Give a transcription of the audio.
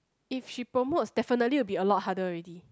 if she promotes definitely will be a lot harder already